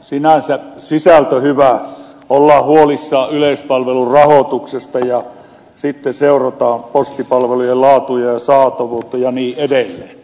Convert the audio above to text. sinänsä sisältö on hyvä ollaan huolissaan yleispalvelun rahoituksesta ja sitten seurataan postipalvelujen laatua ja saatavuutta ja niin edelleen